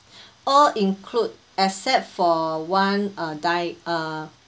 all include except for one uh di~ uh